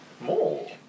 More